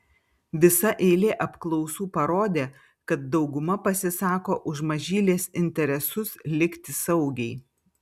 visa eilė apklausų parodė kad dauguma pasisako už mažylės interesus likti saugiai